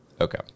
okay